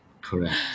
correct